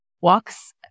walks